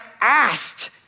asked